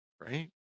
right